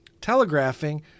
telegraphing